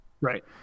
Right